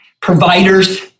providers